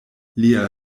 lia